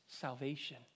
salvation